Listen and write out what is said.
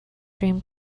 dream